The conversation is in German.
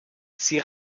sie